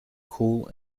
cool